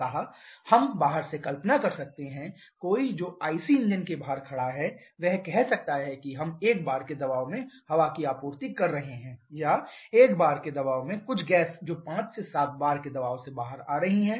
अतः हम बाहर से कल्पना कर सकते हैं कोई जो आईसी इंजन के बाहर खड़ा है वह कह सकता है कि हम 1 बार के दबाव में हवा की आपूर्ति कर रहे हैं या 1 बार के दबाव में कुछ गैस जो 5 से 7 बार के दबाव से बाहर आ रही है